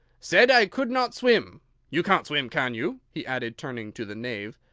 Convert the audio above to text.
said i could not swim you can't swim can you? he added, turning to the knave.